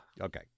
Okay